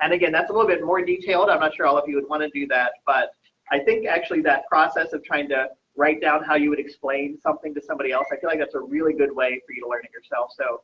and again, that's a little bit more detailed. i'm not sure all of you would want to do that but i think actually that process of trying to write down how you would explain something to somebody else. like i feel like that's a really good way for you to learn it yourself. so